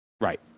Right